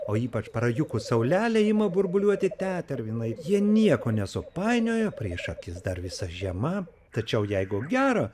o ypač prajukus saulelei ima burbuliuoti tetervinai jie nieko nesupainiojo prieš akis dar visa žiema tačiau jeigu gera